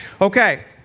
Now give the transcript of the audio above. Okay